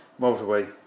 motorway